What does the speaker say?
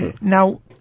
Now